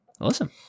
awesome